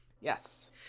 Yes